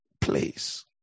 place